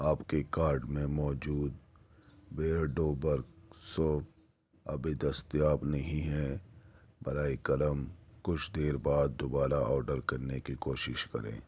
آپ کے کارٹ میں موجود بیئرڈو برک سوپ ابھی دستیاب نہیں ہے براہ کرم کچھ دیر بعد دوبارہ آرڈر کرنے کی کوشش کریں